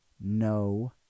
no